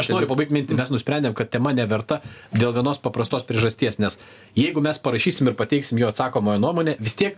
aš noriu pabaigt mintį mes nusprendėm kad tema neverta dėl vienos paprastos priežasties nes jeigu mes parašysim ir pateiksim jo atsakomąją nuomonę vis tiek